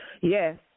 yes